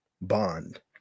bond